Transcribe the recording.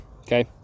okay